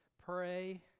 Pray